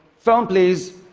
phone, please.